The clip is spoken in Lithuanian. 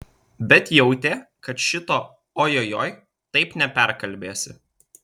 bet jautė kad šito ojojoi taip neperkalbėsi